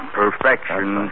perfection